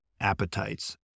appetites